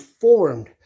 formed